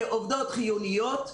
כעובדות חיוניות.